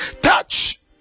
touch